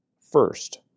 first